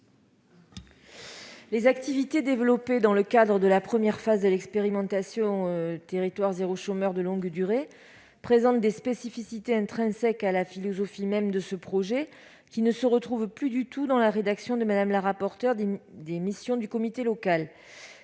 Les activités développées dans le cadre de la première phase de l'expérimentation « territoires zéro chômeur de longue durée » présentent des spécificités intrinsèques à la philosophie même de ce projet, mais qui ne se retrouvent plus du tout dans la rédaction que nous propose Mme la rapporteure pour les alinéas